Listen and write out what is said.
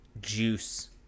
juice